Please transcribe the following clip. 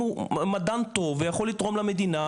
אם הוא מדען טוב ויכול לתרום למדינה,